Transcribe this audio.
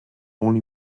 only